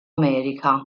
america